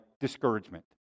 discouragement